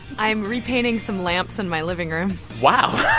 i'm repainting some lamps in my living room wow.